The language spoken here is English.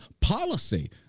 policy